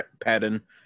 pattern